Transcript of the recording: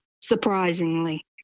surprisingly